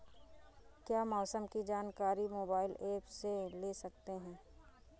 क्या मौसम की जानकारी मोबाइल ऐप से ले सकते हैं?